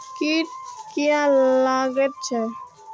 कीट किये लगैत छै?